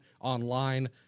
online